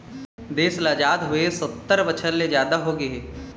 देश ल अजाद होवे सत्तर बछर ले जादा होगे हे